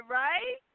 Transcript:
right